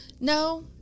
no